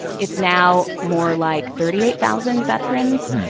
it's now more like thirty eight thousand veterans.